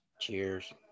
Cheers